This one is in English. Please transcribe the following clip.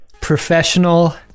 professional